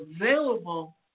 available